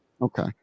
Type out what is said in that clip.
Okay